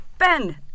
Ben